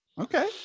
Okay